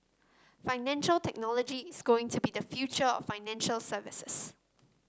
financial technology is going to be the future of financial services